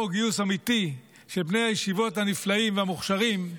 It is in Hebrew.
גיוס אמיתי של בני הישיבות הנפלאים והמוכשרים,